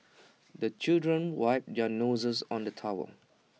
the children wipe their noses on the towel